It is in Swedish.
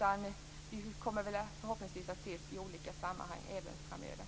Vi kommer förhoppningsvis att se varandra i olika sammanhang även framöver.